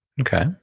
Okay